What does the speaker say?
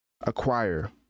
acquire